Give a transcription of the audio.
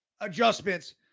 adjustments